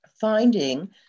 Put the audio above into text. finding